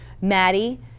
Maddie